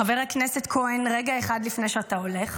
חבר הכנסת כהן, רגע אחד לפני שאתה הולך.